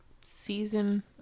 season